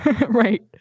Right